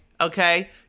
okay